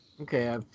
Okay